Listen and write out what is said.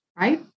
right